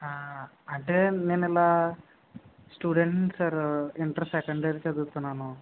అంటే నేనిలా స్టూడెంట్ని సారు ఇంటర్ సెకండ్ ఇయర్ చదువుతున్నాను